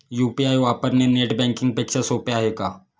UPI वापरणे net banking पेक्षा सोपे आहे का?